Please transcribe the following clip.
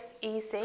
easy